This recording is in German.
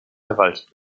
verwaltet